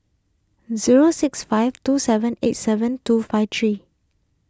zero six five two seven eight seven two five three